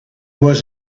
was